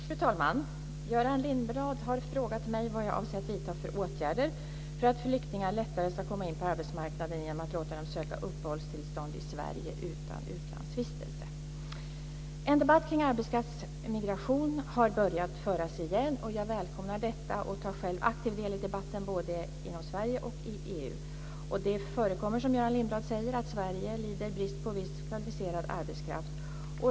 Fru talman! Göran Lindblad har fråga mig vad jag avser att vidta för åtgärder för att flyktingar lättare ska komma in på arbetsmarknaden genom att låta dem söka uppehållstillstånd i Sverige utan utlandsvistelse. En debatt kring arbetskraftsmigration har börjat föras igen. Jag välkomnar detta och tar själv aktiv del i debatten både inom Sverige och i EU. Det förekommer, som Göran Lindblad säger, att Sverige lider brist på viss kvalificerad arbetskraft.